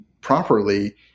properly